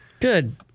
Good